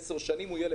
אם כך,